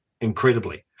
incredibly